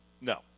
no